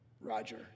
Roger